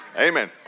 Amen